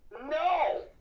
no!